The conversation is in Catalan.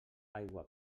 aigua